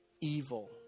evil